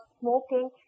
smoking